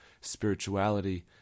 spirituality